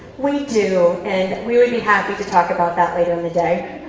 we do, and we would be happy to talk about that later in the day.